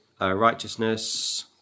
righteousness